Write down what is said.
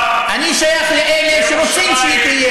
אני שייך לאלה שרוצים שהיא תהיה,